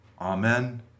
Amen